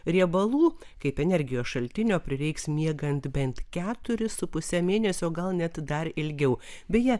riebalų kaip energijos šaltinio prireiks miegant bent keturis su puse mėnesio gal net dar ilgiau beje